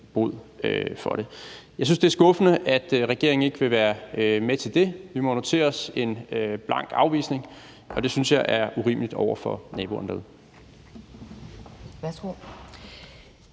bod for det. Jeg synes, det er skuffende, at regeringen ikke vil være med til det. Vi må notere os en blank afvisning, og det synes jeg er urimeligt over for naboerne